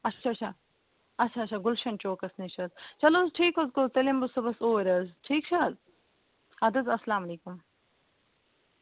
اچھا اچھا اچھا اچھا گُلشَن چوکَس نِش حظ چلو حظ ٹھیٖک حظ کوٚرُتھ تیٚلہِ یِمہٕ بہٕ صُبحس اوٗرۍ حظ ٹھیٖک چھِ حظ اَدٕ حظ اسلامُ علیکُم